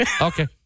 Okay